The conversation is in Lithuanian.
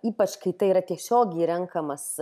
ypač kai tai yra tiesiogiai renkamas